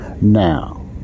now